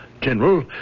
General